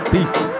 Peace